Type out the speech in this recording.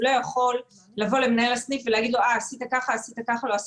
הוא לא יכול לבוא למנהל הסניף ולהגיד לו מה הוא עשה ומה לא.